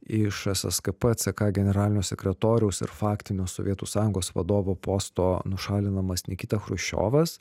iš sskp ck generalinio sekretoriaus ir faktinio sovietų sąjungos vadovo posto nušalinamas nikita chruščiovas